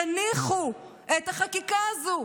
תניחו את החקיקה הזו.